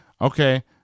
okay